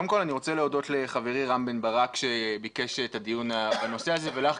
קודם כל אני רוצה להודות לחברי רם בן ברק שביקש את הדיון בנושא הזה ולך,